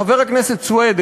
חבר הכנסת סוייד,